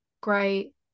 great